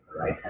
right